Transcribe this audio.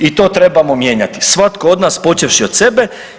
I to trebamo mijenjati svatko od nas počevši od sebe.